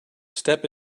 step